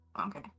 Okay